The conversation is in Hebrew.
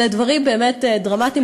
אלה דברים באמת דרמטיים,